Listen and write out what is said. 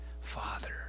Father